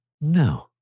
No